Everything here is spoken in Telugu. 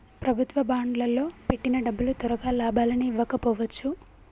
ప్రభుత్వ బాండ్లల్లో పెట్టిన డబ్బులు తొరగా లాభాలని ఇవ్వకపోవచ్చు